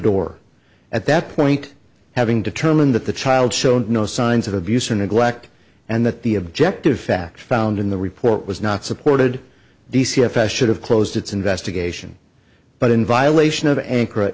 door at that point having determined that the child showed no signs of abuse or neglect and that the objective facts found in the report was not supported the c f s should have closed its investigation but in violation of anchorage